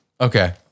Okay